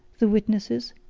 the witnesses,